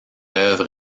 œuvre